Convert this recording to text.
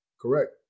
Correct